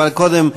אבל קודם,